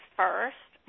first